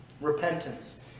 repentance